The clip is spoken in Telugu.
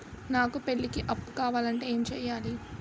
నాకు పెళ్లికి అప్పు కావాలంటే ఏం చేయాలి?